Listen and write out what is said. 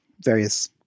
various